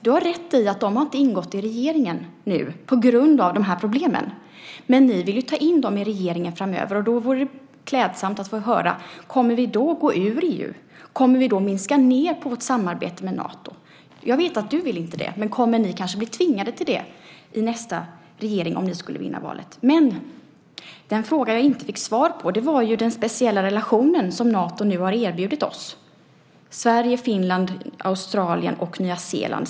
Du har rätt i att de inte har ingått i regeringen nu på grund av de här problemen. Men ni vill ju ta in dem i regeringen framöver. Därför vore det klädsamt att få höra: Kommer vi då att gå ur EU? Kommer vi då att minska ned på vårt samarbete med Nato? Jag vet att du inte vill det, men kommer ni kanske att bli tvingade till det i nästa regering, om ni skulle vinna valet? Den fråga som jag inte fick svar på var den om den speciella relationen som Nato nu har erbjudit oss, Sverige, Finland, Australien och Nya Zeeland.